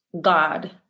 God